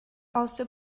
also